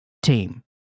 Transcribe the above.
team